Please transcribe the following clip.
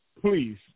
Please